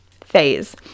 Phase